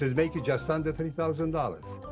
and make it just under three thousand dollars.